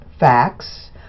Facts